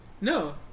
no